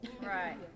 Right